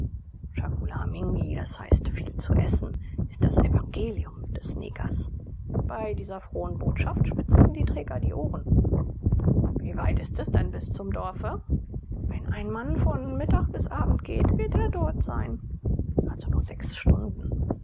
d h viel zu essen ist das evangelium des negers bei dieser frohen botschaft spitzten die träger die ohren wie weit ist es denn bis zu dem dorfe wenn ein mann von mittag bis abend geht wird er dort sein also nur sechs stunden